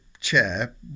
chair